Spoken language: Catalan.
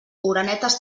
orenetes